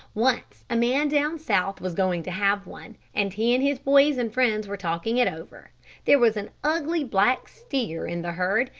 once a man down south was going to have one, and he and his boys and friends were talking it over there was an ugly, black steer in the herd,